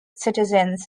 citizens